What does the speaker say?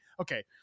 okay